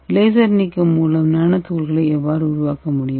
laser நீக்கம் மூலம் nano துகள்களை எவ்வாறு உருவாக்க முடியும்